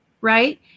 right